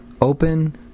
open